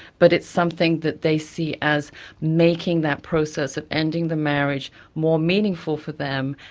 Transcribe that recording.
but it's something that they see as making that process of ending the marriage more meaningful for them,